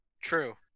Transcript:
True